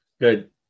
Good